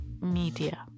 media